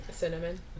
cinnamon